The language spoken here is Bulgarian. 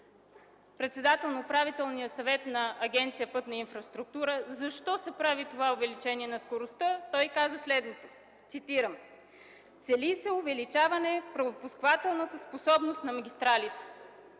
председател на Управителния съвет на Агенция „Пътна инфраструктура”, защо се прави това увеличение на скоростта, той каза следното, цитирам: „Цели се увеличаване на пропускателната способност на магистралите”.